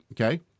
okay